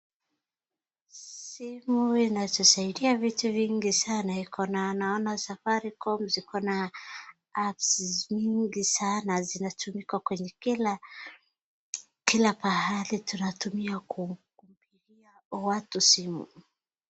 Simu inatusaidia vitu mingi sana iko naona Safaricom ziko na apps nyingi sana zinatumika kwenye kila pahali tunatumia kupigia watu simu.